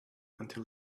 until